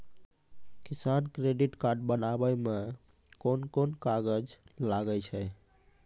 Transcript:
किसान credit card बनाबै मे कोन कोन कागज लागै छै?